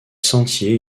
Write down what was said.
sentiers